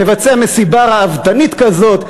מבצע מסיבה ראוותנית כזאת,